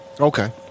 Okay